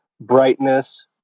brightness